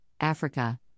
Africa